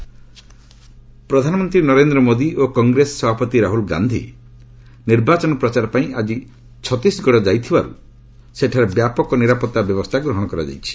Chhattisgarh polls ପ୍ରଧାନମନ୍ତ୍ରୀ ନରେନ୍ଦ୍ର ମୋଦି ଓ କଂଗ୍ରେସ ସଭାପତି ରାହୁଲ୍ ଗାନ୍ଧି ଆଜି ନିର୍ବାଚନ ପ୍ରଚାର ପାଇଁ ଆକି ଛତିଶଗଡ଼ ଯାଇଥିବାରୁ ସେଠାରେ ବ୍ୟାପକ ନିରାପତ୍ତା ବ୍ୟବସ୍ଥା ଗ୍ରହଣ କରାଯାଇଛି